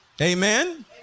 Amen